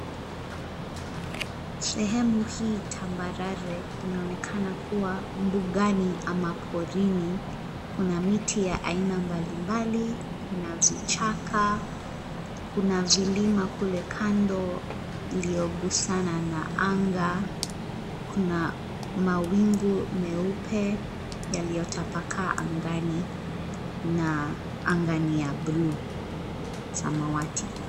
Sehemu hii tambarare inaonekana kuwa mbugani ama porini. Kuna miti ya aina mbalimbali, kuna vichaka, kuna vilima kule kando iliyogusana na anga, kuna mawingu meupe yaliyotapakaa angani na anga ni ya bluu, samawati.